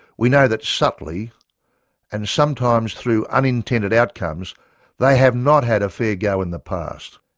we know that subtly and sometimes through unintended outcomes they have not had a fair go in the past.